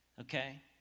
okay